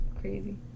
crazy